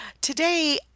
today